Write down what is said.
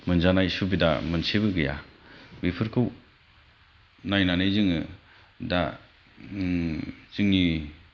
मोनजानाय सुबिदा जेबो गैया बेफोरखौ नायनानै जों दा जोंनि